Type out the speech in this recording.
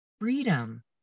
freedom